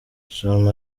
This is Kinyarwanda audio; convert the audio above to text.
charmant